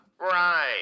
right